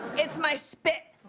it's my spit.